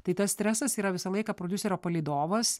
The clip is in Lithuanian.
tai tas stresas yra visą laiką prodiuserio palydovas